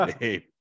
name